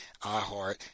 iHeart